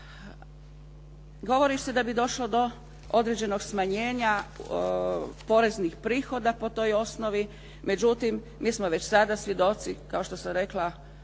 Govori se da bi došlo do određenog smanjenja poreznih prihoda po toj osnovi, međutim, mi smo već sada svjedoci, kao što sam rekla